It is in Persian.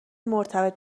مرتبط